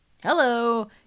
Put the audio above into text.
hello